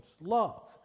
love